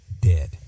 dead